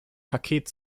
paket